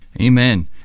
Amen